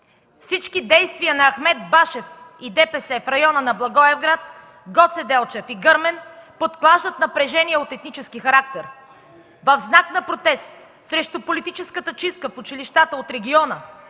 Всички действия на Ахмед Башев и ДПС в района на Благоевград, Гоце Делчев и Гърмен подклаждат напрежение от етнически характер. В знак на протест срещу политическата чистка в училищата от региона